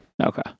Okay